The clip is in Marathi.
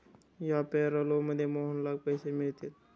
या पॅरोलमध्ये मोहनला पैसे मिळतील